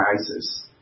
ISIS